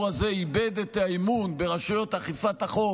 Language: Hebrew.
הזה איבד את האמון ברשויות אכיפת החוק